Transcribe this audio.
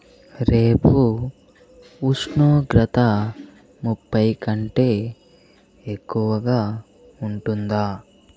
రేపు ఉష్ణోగ్రత ముప్పై కంటే ఎక్కువగా ఉంటుందా